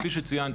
כפי שאת ציינת,